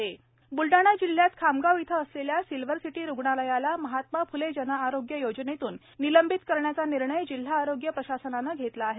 रुग्णालय निलंबन ब्लडाणा जिल्ह्यात खामगाव इथं असलेल्या सिल्वर सिटी रुग्णालयाला महात्मा फ्ले जनआरोग्य योजनेतून निलंबित करण्याचा निर्णय जिल्हा आरोग्य प्रशासनानं घेतला आहे